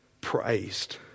praised